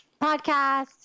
podcast